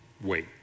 wait